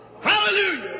Hallelujah